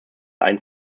ein